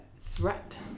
threat